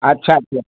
अच्छा